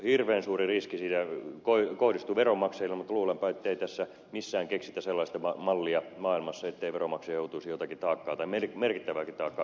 hirveän suuri riski siitä kohdistuu veronmaksajille mutta luulenpa ettei missään keksitä sellaista mallia maailmassa ettei veronmaksaja joutuisi jotakin taakkaa merkittävääkin taakkaa kantamaan